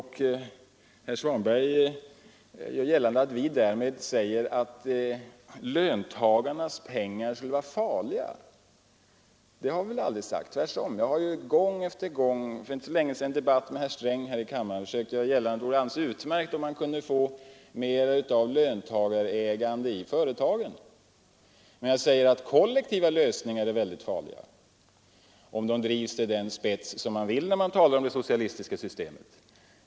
Herr Svanberg gör gällande att vi därmed säger att löntagarnas pengar skulle vara farliga. Det har vi aldrig sagt — tvärsom. Jag har gång efter gång och för inte så länge sedan i en debatt med herr Sträng här i riksdagen försökt göra gällande att det vore utmärkt om man kunde få mera av löntagarägande i företagen. Men jag säger att kollektiva lösningar är farliga, om de drivs till den spets som man vill driva dem till när man talar för det socialistiska systemet.